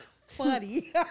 funny